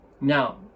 Now